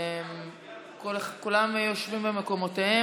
כולם יושבים במקומותיהם?